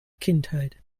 kindheit